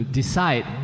decide